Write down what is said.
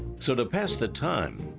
so to pass the time,